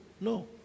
No